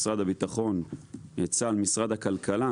משרד הבטחון צה"ל ומשרד הכלכלה,